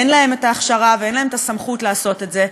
אין להם את ההכשרה ואין להם את הסמכות לעשות את זה.